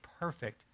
perfect